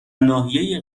ناحیه